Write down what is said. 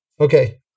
Okay